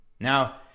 Now